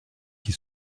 qui